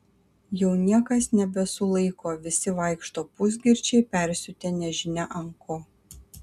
jau niekas nebesulaiko visi vaikšto pusgirčiai persiutę nežinia ant ko